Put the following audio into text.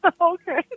Okay